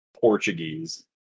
Portuguese